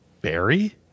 Barry